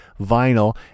vinyl